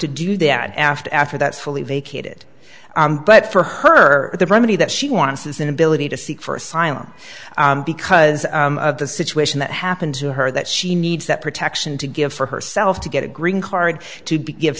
to do that after after that's fully vacated but for her the remedy that she wants is an ability to seek for asylum because of the situation that happened to her that she needs that protection to give for herself to get a green card to give